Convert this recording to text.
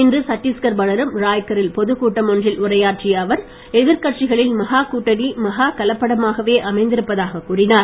இன்று சட்டீஸ்கர் மாநிலம் ராய்கா ரில் பொதுக்கூட்டம் ஒன்றில் உரையாற்றிய அவர் எதிர் கட்சிகளின் மகா கூட்டணி மகா கலப்படமாகவே அமைந்திருப்பதாகக் கூறினார்